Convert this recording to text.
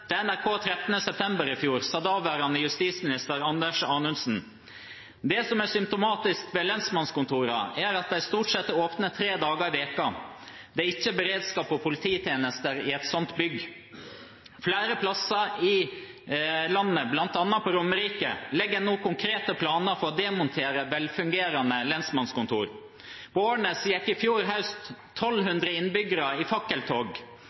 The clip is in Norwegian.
Til NRK 13. september i fjor sa daværende justisminister Anders Anundsen: «Det som er symptomatisk ved lensmannskontorene er at de stort sett er åpent tre dager i uka . Det er ikke beredskap og polititjenester i et sånt bygg.» Flere plasser i landet, bl.a. på Romerike, legger en nå konkrete planer for å demontere velfungerende lensmannskontor. På Årnes gikk i fjor høst 1 200 innbyggere i fakkeltog